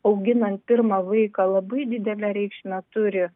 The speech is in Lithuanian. auginant pirmą vaiką labai didelę reikšmę turi